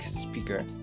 speaker